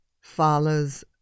follows